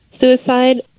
suicide